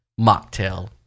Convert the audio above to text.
mocktail